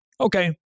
Okay